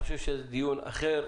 אני חושב שזה דיון אחר,